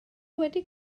wedi